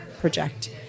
project